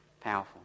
powerful